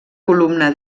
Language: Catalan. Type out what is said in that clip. columna